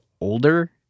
older